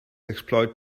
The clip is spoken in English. exploit